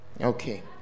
Okay